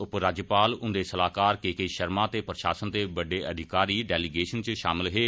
उपराज्यपाल हुंदे सलाहकार के के शर्मा ते प्रशासन दे बड्डे अधिकारी डेलीगेशन च शामल हे